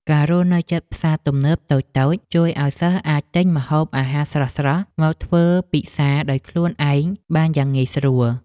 ការរស់នៅជិតផ្សារទំនើបតូចៗជួយឱ្យសិស្សអាចទិញម្ហូបអាហារស្រស់ៗមកធ្វើពិសារដោយខ្លួនឯងបានយ៉ាងងាយស្រួល។